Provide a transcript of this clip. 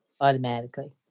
automatically